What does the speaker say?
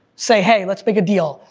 say hey, let's make a deal,